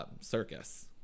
Circus